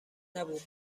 نبود